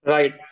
Right